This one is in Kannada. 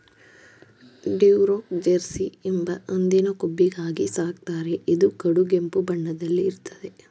ಡ್ಯುರೋಕ್ ಜೆರ್ಸಿ ಎಂಬ ಹಂದಿನ ಕೊಬ್ಬಿಗಾಗಿ ಸಾಕ್ತಾರೆ ಇದು ಕಡುಗೆಂಪು ಬಣ್ಣದಲ್ಲಿ ಇರ್ತದೆ